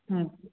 ಹ್ಞೂ